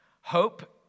Hope